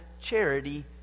charity